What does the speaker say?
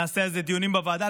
נעשה על זה דיונים בוועדה.